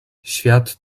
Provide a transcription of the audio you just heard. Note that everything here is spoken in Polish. świat